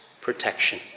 protection